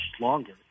longer